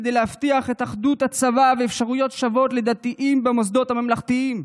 כדי להבטיח את אחדות הצבא ואפשרויות שוות לדתיים במוסדות הממלכתיים,